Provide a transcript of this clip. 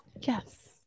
Yes